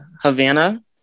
Havana